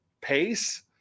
pace –